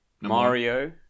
Mario